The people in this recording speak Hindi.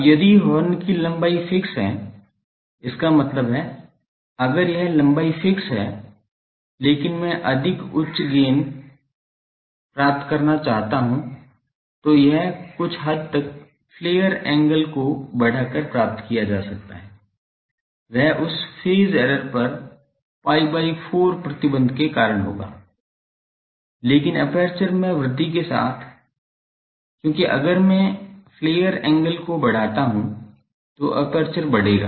अब यदि हॉर्न की लंबाई फिक्स है इसका मतलब है अगर यह लंबाई फिक्स है लेकिन मैं अधिक उच्च गेन प्राप्त करना चाहता हूं तो यह कुछ हद तक फ्लेयर एंगल को बढ़ाकर प्राप्त किया जा सकता है वह उस फेज एरर पर pi by 4 प्रतिबंध के कारण होगा लेकिन एपर्चर में वृद्धि के साथ क्योंकि अगर मैं फ्लेयर एंगल को बढ़ाता हूं तो एपर्चर बढ़ेगा